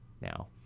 now